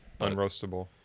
unroastable